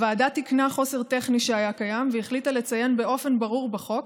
הוועדה תיקנה חוסר טכני שהיה קיים והחליטה לציין באופן ברור בחוק